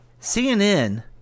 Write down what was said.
CNN